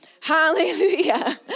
Hallelujah